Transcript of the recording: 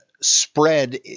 spread